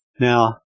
Now